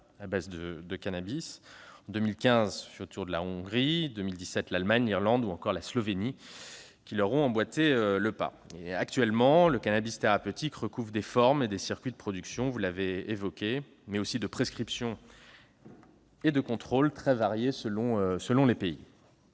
à base de cannabis ; en 2015, ce fut le tour de la Hongrie ; en 2017, l'Allemagne, l'Irlande, ou encore la Slovénie leur ont emboîté le pas. Actuellement, le cannabis thérapeutique recouvre des formes et des circuits de production, de prescription et de contrôle très variés selon les pays.